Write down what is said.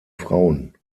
frauen